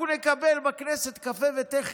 אנחנו נקבל בכנסת קפה ותה חינם,